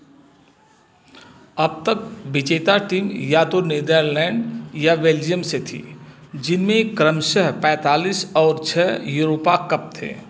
अब तक विजेता टीम या तो नीदरलैंड या बेल्जियम से थी जिनमें क्रमश पैंतालीस और छः यूरोप कप थे